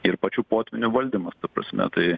ir pačių potvynių valdymas ta prasme tai